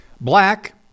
Black